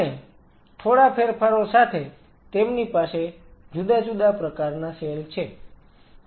અને થોડા ફેરફારો સાથે તેમની પાસે જુદા પ્રકારના સેલ છે